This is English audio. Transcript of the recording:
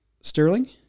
Sterling